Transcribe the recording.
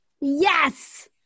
Yes